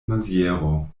maziero